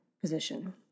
position